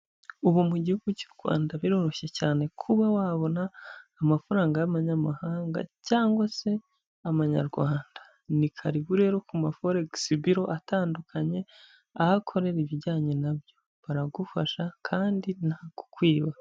Ubu mu gihuguhugu cy'u Rwanda biroroshye cyane kuba wabona amafaranga y'abanyamahanga cyangwa se amanyarwanda. Ni karibu rero ku maforesi biro atandukanye, aho akorera ibijyanye nabyo baragufasha kandi nta kukwiba.